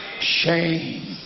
shame